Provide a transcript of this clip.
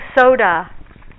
soda